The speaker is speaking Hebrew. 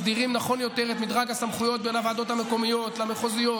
מסדירים נכון יותר את מדרג הסמכויות בין הוועדות המקומיות למחוזיות,